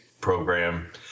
program